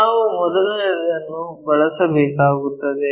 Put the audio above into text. ನಾವು ಮೊದಲನೆಯದನ್ನು ಬಳಸಬೇಕಾಗುತ್ತದೆ